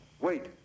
Wait